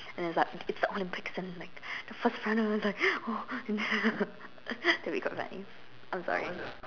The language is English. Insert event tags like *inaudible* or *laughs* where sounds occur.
and then it's like it's the Olympics and like the first runner is like !woah! and *laughs* that would be quite funny I'm sorry